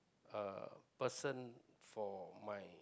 uh person for my